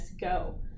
go